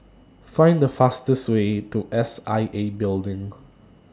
Find The fastest Way to S I A Building